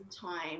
time